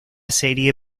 serie